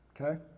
Okay